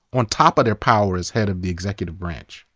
on top of their power is head of the executive branch.